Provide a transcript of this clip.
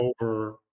Over